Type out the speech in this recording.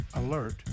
alert